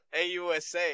AUSA